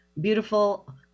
beautiful